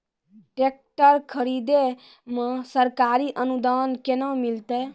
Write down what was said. Tractor खरीदै मे सरकारी अनुदान केना मिलतै?